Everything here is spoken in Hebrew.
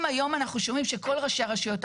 אם היום אנחנו שומעים שכל ראשי הרשויות,